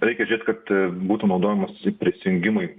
reikia žiūrėt kad būtų naudojamas tik prisijungimui